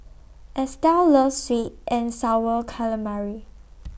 Estell loves Sweet and Sour Calamari